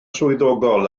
swyddogol